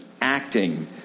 acting